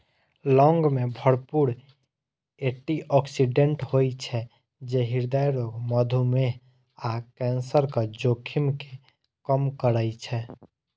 लौंग मे भरपूर एटी ऑक्सिडेंट होइ छै, जे हृदय रोग, मधुमेह आ कैंसरक जोखिम कें कम करै छै